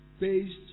based